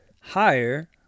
higher